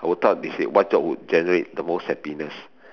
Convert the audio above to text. I would thought they said what job will generate the most happiness